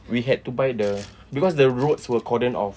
we had to buy the because the roads were cordoned off